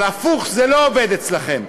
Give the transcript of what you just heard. אבל הפוך זה לא עובד אצלכם.